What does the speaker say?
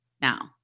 Now